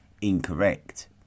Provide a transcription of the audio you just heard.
incorrect